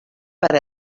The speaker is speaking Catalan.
per